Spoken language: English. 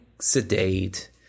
sedate